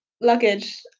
luggage